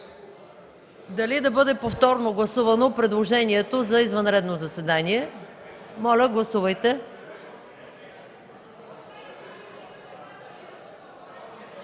дали да бъде повторно гласувано предложението за извънредно заседание. Моля, гласувайте.